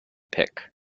pick